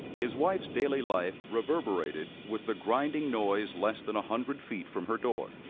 his wife's daily life reverberated with the grinding noise less than a hundred feet from her door.